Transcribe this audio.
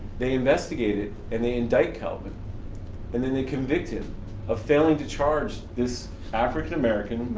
they investigated, and they indict kelvin and then they convict him of failing to charge this african american